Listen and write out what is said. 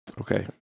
Okay